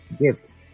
Gift